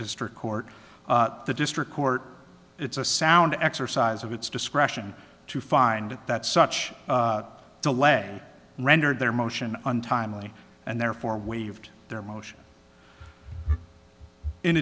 district court the district court it's a sound exercise of its discretion to find that such delay rendered their motion untimely and therefore waived their motion in